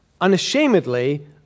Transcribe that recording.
unashamedly